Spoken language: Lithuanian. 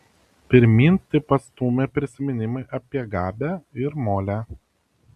pirmyn taip pat stūmė prisiminimai apie gabę ir molę